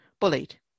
bullied